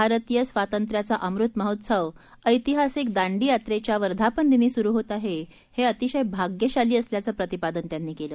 भारतीय स्वातंत्र्याचा अमृत महोत्सव ऐतिहासिक दांडी यात्रेच्या वर्धापनदिनी सुरू होत आहे हे अतिशय भाग्यशाली असल्याचं प्रतिपादन त्यांनी केलं